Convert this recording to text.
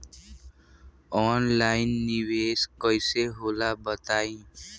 Online निवेस कइसे होला बताईं?